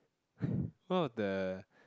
one of the